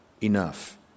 enough